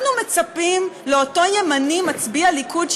אנחנו מצפים לאותו ימני מצביע ליכוד,